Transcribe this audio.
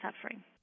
suffering